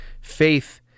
faith